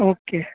okay